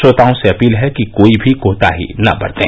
श्रोताओं से अपील है कि कोई भी कोताही न बरतें